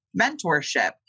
mentorship